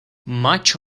much